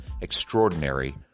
extraordinary